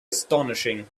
astonishing